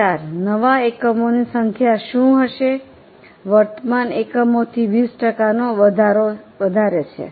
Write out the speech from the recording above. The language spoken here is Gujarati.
4 નવા એકમોની સંખ્યા શું હશે વર્તમાન એકમોથી 20 ટકાનો વધારે છે